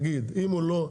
נגיד אם הוא לא,